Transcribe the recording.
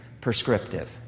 prescriptive